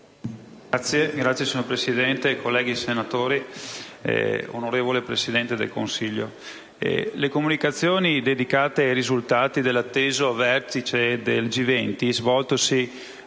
Signor Presidente, colleghi senatori, onorevole Presidente del Consiglio, le comunicazioni dedicate ai risultati dell'atteso Vertice G20, svoltosi